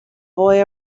boy